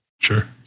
Sure